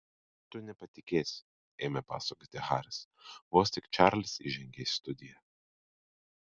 tu nepatikėsi ėmė pasakoti haris vos tik čarlis įžengė į studiją